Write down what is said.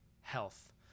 health